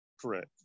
Correct